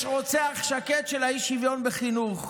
יש רוצח שקט של השוויון בחינוך,